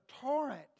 torrent